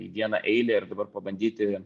į vieną eilę ir dabar pabandyti